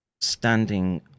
standing